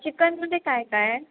चिकनमध्ये काय काय आहे